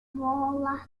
volatile